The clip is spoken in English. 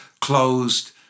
closed